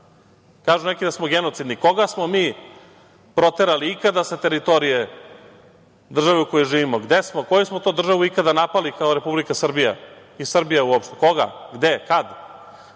Kažu neki da smo genocidni. Koga smo mi proterali ikada sa teritorije države u kojoj živimo gde smo, koju smo to državu ikada napali kao Republika Srbija i Srbija uopšte? Koga? Gde? Kad? To